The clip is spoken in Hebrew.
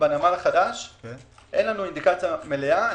אין לנו אינדיקציה מלאה.